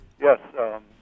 Yes